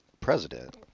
president